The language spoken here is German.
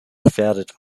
gefährdet